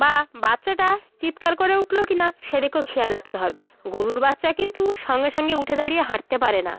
বা বাচ্চাটা চিৎকার করে উঠল কি না সেদিকেও খেয়াল রাখতে হবে গোরুর বাচ্চা কিন্তু সঙ্গে সঙ্গে উঠে দাঁড়িয়ে হাঁটতে পারে না